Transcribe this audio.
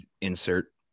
insert